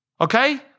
Okay